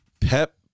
Pep